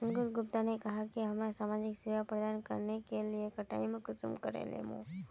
अंकूर गुप्ता ने कहाँ की हमरा समाजिक सेवा प्रदान करने के कटाई में कुंसम करे लेमु?